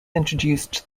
introduced